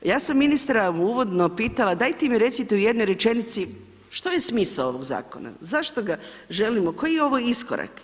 Ja sam ministra uvodno pitala, dajte mi recite u jednoj rečenici što je smisao ovog zakona, zašto ga želimo, koji je ovo iskorak.